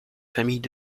familles